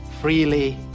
freely